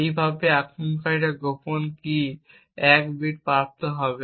এইভাবে আক্রমণকারী গোপন কী 1 বিট প্রাপ্ত হবে